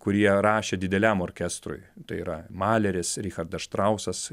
kurie rašė dideliam orkestrui tai yra maleris richardas štrausas